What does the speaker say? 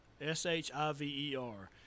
S-H-I-V-E-R